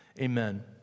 Amen